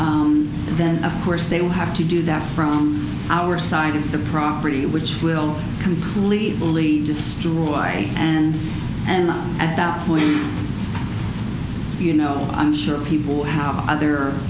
k then of course they will have to do that from our side of the property which will completely believe destroy and and at that point you know i'm sure people how